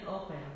open